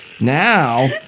Now